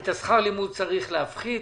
את שכר הלימוד צריך להפחית,